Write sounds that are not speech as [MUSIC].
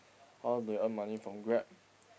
how they earn money from Grab [BREATH]